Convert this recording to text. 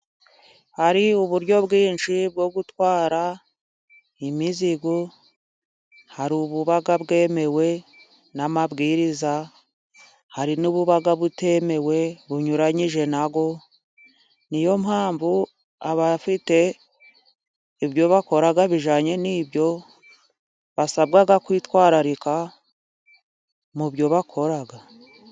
Hari uburyo bwinshi bwo gutwara imizigo hari ububa bwemewe n'amabwiriza ,hari n'ububa butemewe bunyuranyije na yo ,niyo mpamvu abafite ibyo bakora bijyanye n'ibyo basabwa kwitwararika mu byo bakora.